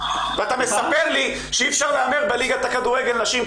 ואתה מספר לי שאי-אפשר להמר בליגת הכדורגל נשים,